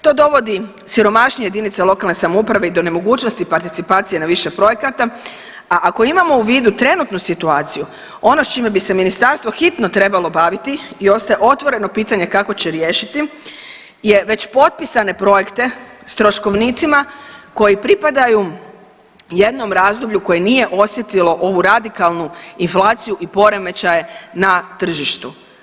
To dovodi siromašnije jedinice lokalne samouprave i do nemogućnosti participacije na više projekata, a ako imamo u vidu trenutnu situaciju, ono s čime bi se Ministarstvo hitno trebalo baviti i ostaje otvoreno pitanje kako će riješiti je već potpisane projekte s troškovnicima koji pripadaju jednom razdoblju koje nije osjetilo ovu radikalnu inflaciju i poremećaje na tržištu.